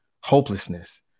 hopelessness